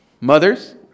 Mothers